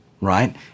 right